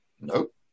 Nope